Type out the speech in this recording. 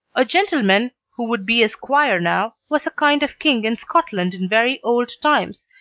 a gentleman who would be a squire now was a kind of king in scotland in very old times,